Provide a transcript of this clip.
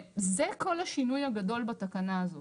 זה כל השינוי הגדול בתקנה הזאת.